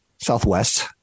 Southwest